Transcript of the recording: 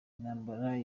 intambara